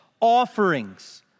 offerings